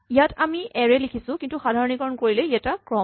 ইয়াত আমি এৰে লিখিছো কিন্তু সাধাৰণীকৰণ কৰিলে ই এটা ক্ৰম